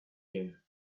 year